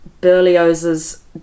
Berlioz's